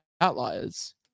outliers